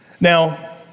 Now